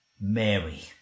Mary